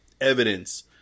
evidence